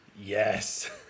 Yes